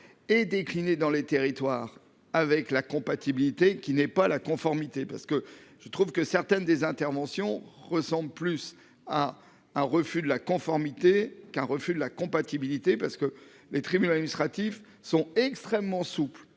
et déclinée dans les territoires avec la compatibilité qui n'est pas la conformité parce que je trouve que certaines des interventions ressemblent plus à un refus de la conformité qu'un refus de la compatibilité parce que les tribunaux administratifs sont extrêmement souple